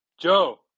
Joe